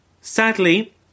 Sadly